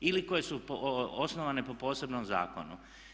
Ili koje su osnovane po posebnom zakonu.